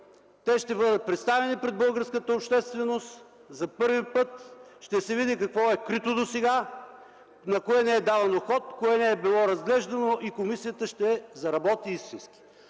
те ще бъдат представени пред българската общественост, за първи път ще се види какво е крито досега, на кое не е давано ход, кое не е било разглеждано и комисията ще заработи истински.